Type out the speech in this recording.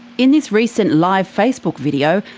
in this recent live facebook video,